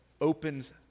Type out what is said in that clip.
opens